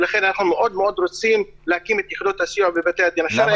לכן אנחנו מאוד מאוד רוצים להקים את יחידות הסיוע בבתי הדין השרעיים,